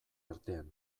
artean